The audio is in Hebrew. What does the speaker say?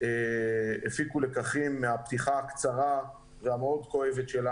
הפיקו לקחים מהפתיחה הקצרה והכואבת שהייתה.